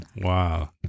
Wow